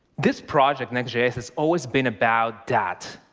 this project, next js, has always been about that.